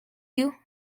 you